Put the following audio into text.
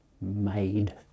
made